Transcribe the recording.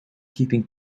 keeping